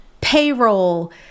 payroll